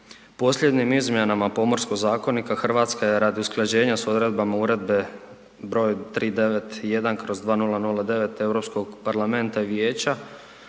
Posljednjim izmjenama Pomorskog zakonika Hrvatska je radi usklađenja s odredbama Uredbe broj 391/2009 Europskog parlamenta i vijeća